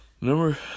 Number